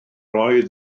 oedd